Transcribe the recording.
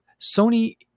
Sony